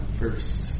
first